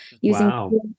Using